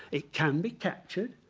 it can be captured,